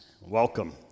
Welcome